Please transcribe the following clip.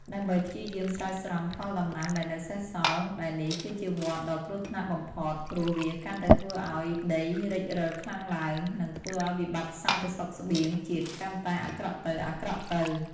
ដើម្បីព្យាយាមស្រោចស្រង់ផលដំណាំដែលនៅសេសសល់ ដែលនេះគឺជាវដ្តដ៏គ្រោះថ្នាក់បំផុត ព្រោះវាកាន់តែធ្វើឱ្យដីរិចរឹលខ្លាំងឡើង និងធ្វើឱ្យវិបត្តិសន្តិសុខស្បៀងជាតិកាន់តែអាក្រក់ទៅៗ។